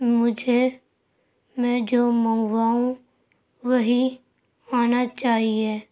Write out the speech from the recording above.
مجھے میں جو منگواؤں وہی آنا چاہیے